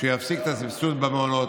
הוא יפסיק את הסבסוד במעונות.